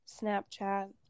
Snapchat